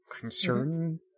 concern